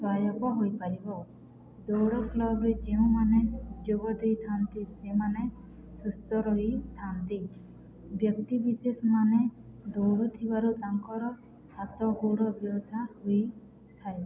ସହାୟକ ହୋଇପାରିବ ଦୌଡ଼ କ୍ଲବ୍ରେ ଯେଉଁମାନେ ଯୋଗ ଦେଇଥାନ୍ତି ସେମାନେ ସୁସ୍ଥ ରହିଥାନ୍ତି ବ୍ୟକ୍ତି ବିିଶେଷ ମାନେ ଦୌଡ଼ୁଥିବାରୁ ତାଙ୍କର ହାତ ଗୋଡ଼ ବ୍ୟଥା ବି ହୋଇଥାଏ